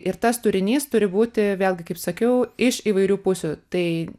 ir tas turinys turi būti vėlgi kaip sakiau iš įvairių pusių tai